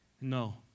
No